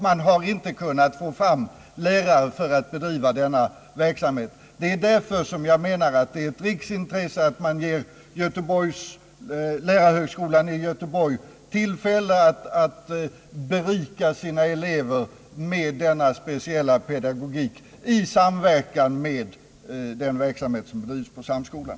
Man har inte kunnat få fram lärare för att bedriva denna verksamhet. Det är därför som jag menar att det är ett riksintresse att man ger lärarhögskolan i Göteborg tillfälle att berika sin undervisning med denna speciella pedagogik i samband med den verksamhet som bedrivs vid Samskolan.